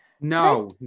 No